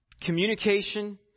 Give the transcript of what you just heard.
Communication